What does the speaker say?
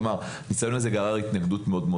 הניסיון הזה גרר התנגדות מאוד מאוד